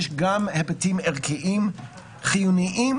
יש גם היבטים ערכיים חיוניים,